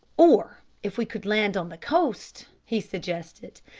or if we could land on the coast, he suggested.